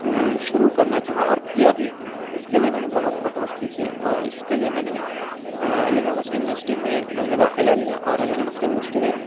شروع کرنا چاہا اور کیا بھی اس کے لیے میں نے بہت فوٹوز کھینچے اور اس کے لیے میں نے علی گڑھ مسلم یونیورسٹی میں میں نے داخلہ لیا اور علی گڑھ مسلم یونیورسٹی میں ایک